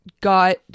got